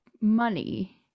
money